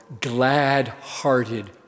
glad-hearted